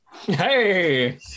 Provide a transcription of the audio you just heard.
Hey